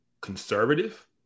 conservative